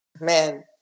Man